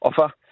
offer